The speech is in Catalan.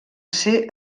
ser